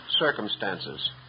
circumstances